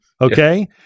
Okay